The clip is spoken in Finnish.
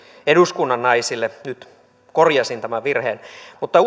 eduskunnan naisille nyt korjasin tämän virheen mutta